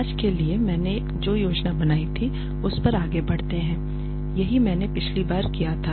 आज के लिए मैंने जो योजना बनाई थी उस पर आगे बढ़ते हैं यही हमने पिछली बार किया था